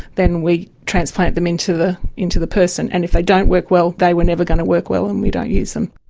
then we transplant them into the into the person, and if they don't work well, they were never going to work well and we don't use them.